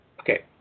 Okay